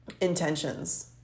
intentions